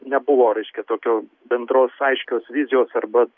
nebuvo reiškia tokio bendros aiškios vizijos arba